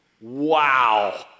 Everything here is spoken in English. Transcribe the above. Wow